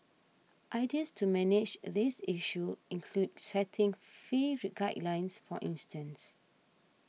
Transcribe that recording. ideas to manage this issue include setting fee re guidelines for instance